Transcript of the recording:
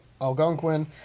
Algonquin